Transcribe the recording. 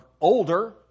older